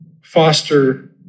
Foster